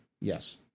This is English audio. Yes